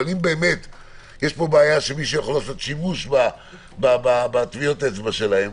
אבל אם מישהו יכול לעשות שימוש בטביעות האצבע שלהם,